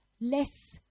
less